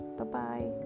Bye-bye